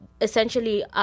essentially